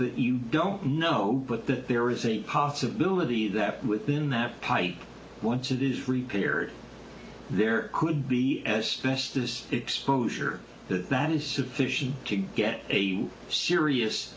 that you don't know what that there is a possibility that within that pipe once it is repaired there could be as best as exposure that is sufficient to get a serious